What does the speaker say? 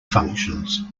functions